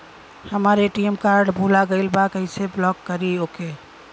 हमार ATM card भूला गईल बा कईसे ब्लॉक करी ओके?